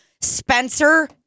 Spencer